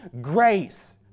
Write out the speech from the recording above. Grace